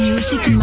Music